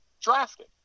drafted